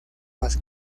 más